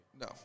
No